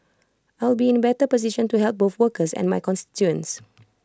I will be in A better position to help both workers and my constituents